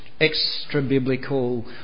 extra-biblical